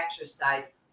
exercise